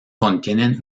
contienen